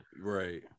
Right